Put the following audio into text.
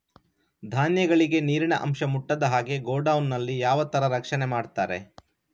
ಧಾನ್ಯಗಳಿಗೆ ನೀರಿನ ಅಂಶ ಮುಟ್ಟದ ಹಾಗೆ ಗೋಡೌನ್ ನಲ್ಲಿ ಯಾವ ತರ ರಕ್ಷಣೆ ಮಾಡ್ತಾರೆ?